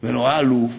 ונורא עלוב,